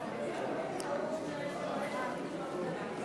ההצעה להעביר את הצעת חוק הבנקאות (שירות ללקוח) (תיקון,